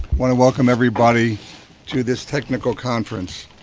want to welcome everybody to this technical conference.